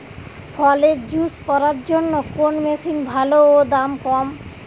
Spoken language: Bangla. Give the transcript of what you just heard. ফলের জুস করার জন্য কোন মেশিন ভালো ও দাম কম?